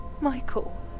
Michael